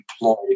employed